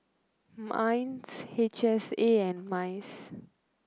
Minds H S A and MICE